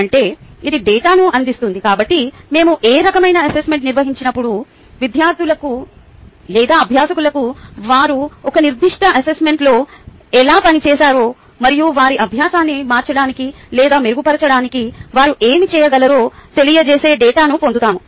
అంటే ఇది డేటాను అందిస్తుంది కాబట్టి మేము ఏ రకమైన అసెస్మెంట్ నిర్వహించినప్పుడు విద్యార్థులకు లేదా అభ్యాసకులకు వారు ఒక నిర్దిష్ట అసెస్మెంట్లో ఎలా పనిచేశారో మరియు వారి అభ్యాసాన్ని మార్చడానికి లేదా మెరుగుపరచడానికి వారు ఏమి చేయగలరో తెలియజేసే డేటాను పొందుతాము